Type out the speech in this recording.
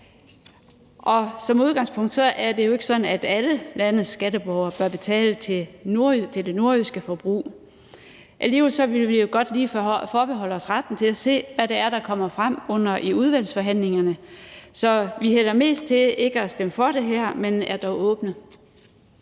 Som udgangspunkt er det jo ikke sådan, at alle landets skatteborgere bør betale til det nordjyske forbrug. Alligevel vil vi godt lige forbeholde os retten til at se, hvad det er, der kommer frem under udvalgsbehandlingen. Så vi hælder mest til ikke at stemme for det her, men er dog åbne.